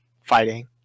fighting